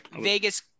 Vegas